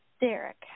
Derek